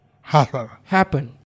happen